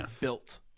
built